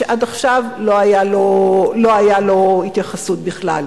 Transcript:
שעד עכשיו לא היתה התייחסות אליו בכלל.